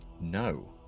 No